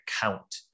count